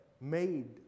made